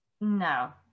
No